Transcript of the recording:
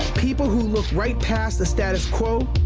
people who look right past the status quo,